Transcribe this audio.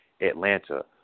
Atlanta